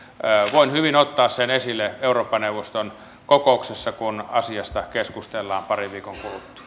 voin hyvin ottaa sen esille eurooppa neuvoston kokouksessa kun asiasta keskustellaan parin viikon